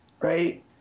Right